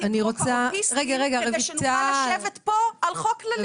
את חוק האוטיסטים כדי שנוכל לחוקק פה חוק כללי.